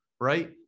right